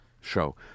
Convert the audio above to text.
show